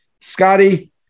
Scotty